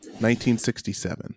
1967